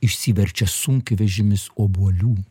išsiverčia sunkvežimis obuolių